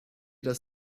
das